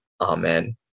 amen